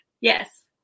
Yes